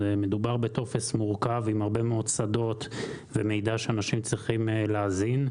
מדובר בטופס מורכב עם הרבה מאד שדות ומידע שאנשים צריכים להזין,